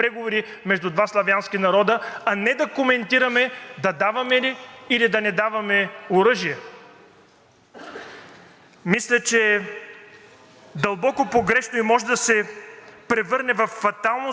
Мисля, че е дълбоко погрешна и може да се превърне във фатална за националната сигурност на България тезата на новата военна коалиция или коалиция на войната